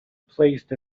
placed